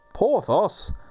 Porthos